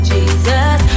Jesus